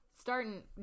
starting